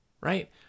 Right